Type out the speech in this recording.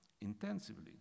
intensively